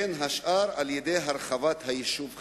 בין השאר על-ידי הרחבת היישוב חריש.